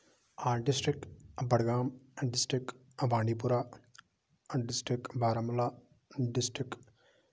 آ district Budgam district بانڈی district Baramulla district